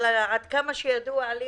אבל עד כמה שידוע לי,